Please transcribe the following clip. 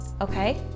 okay